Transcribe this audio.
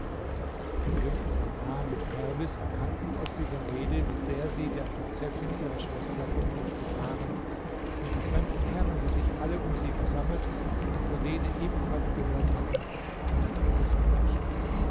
die prinzen bahman und perwis erkannten aus dieser rede wie sehr sie der prinzessin ihrer schwester verpflichtet waren und die fremden herren die sich alle um sie versammelt und diese rede ebenfalls gehört hatten taten desgleichen